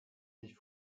sich